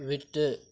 விட்டு